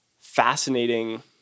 fascinating